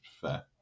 fair